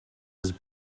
his